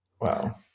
wow